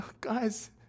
guys